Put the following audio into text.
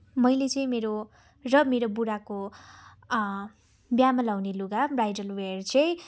मैले चाहिँ मेरो र मेरो बुढाको बिहेमा लाउने लुगा ब्राइडल वेर चाहिँ